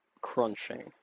crunching